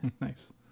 Nice